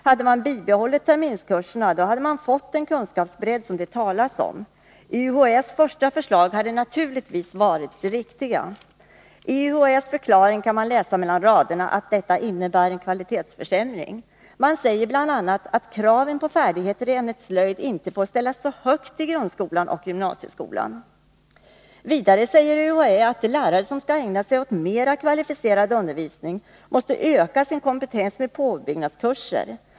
Hade man bibehållit terminskurserna, hade man fått den kunskapsbredd som det talas om. UHÄ:s första förslag var naturligtvis det riktiga. I UHÄ:s förklaring kan man läsa mellan raderna att förändringen innebär en kvalitetsförsämring. Man säger bl.a. att kraven på färdigheter i ämnet slöjd inte får ställas så högt i grundskolan och gymnasieskolan. Vidare säger UHÄ att de lärare som skall ägna sig åt mera kvalificerad undervisning måste öka sin kompetens med påbyggnadskurser.